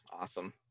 Awesome